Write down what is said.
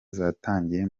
zatangiye